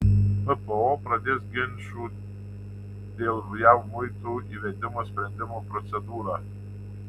ppo pradės ginčų dėl jav muitų įvedimo sprendimo procedūrą